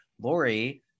Lori